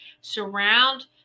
surround